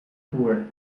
boer